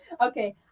Okay